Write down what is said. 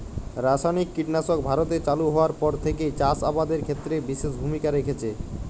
রাসায়নিক কীটনাশক ভারতে চালু হওয়ার পর থেকেই চাষ আবাদের ক্ষেত্রে বিশেষ ভূমিকা রেখেছে